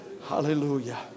Hallelujah